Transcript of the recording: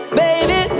baby